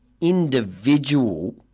individual